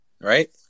right